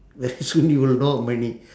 very soon you will know how many